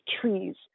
trees